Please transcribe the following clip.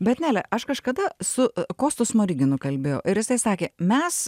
bet nele aš kažkada su kostu smoriginu kalbėjau ir jisai sakė mes